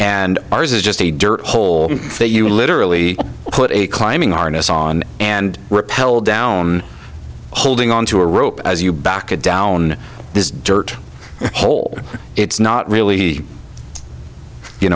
and ours is just a dirt hole that you literally put a climbing arness on and repel down holding on to a rope as you back down this dirt hole it's not really you